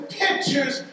pictures